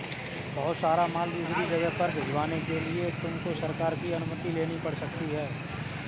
बहुत सारा माल दूसरी जगह पर भिजवाने के लिए तुमको सरकार की अनुमति लेनी पड़ सकती है